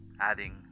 adding